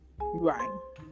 Right